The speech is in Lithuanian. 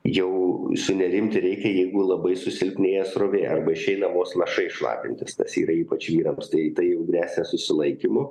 jau sunerimti reikia jeigu labai susilpnėja srovė arba išeina vos lašai šlapintis tas yra ypač vyrams tai tai jau gresia susilaikymu